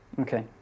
Okay